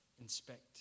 inspect